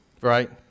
right